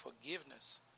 forgiveness